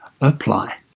apply